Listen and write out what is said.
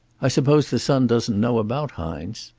i suppose the son doesn't know about hines?